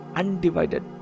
undivided